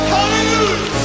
Hallelujah